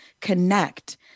Connect